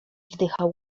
wdychał